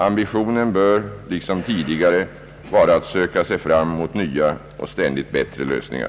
Ambitionen bör — liksom tidigare — vara att söka sig fram mot nya och ständigt bättre lösningar.